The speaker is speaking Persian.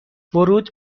ورود